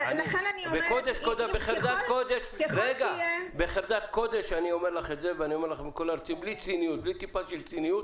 בחרדת קודש אני אומר לך את זה, בלי טיפה של ציניות